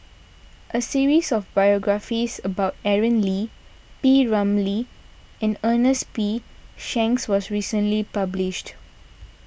a series of biographies about Aaron Lee P Ramlee and Ernest P Shanks was recently published